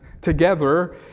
together